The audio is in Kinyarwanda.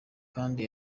kandi